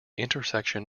intersection